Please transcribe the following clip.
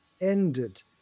ended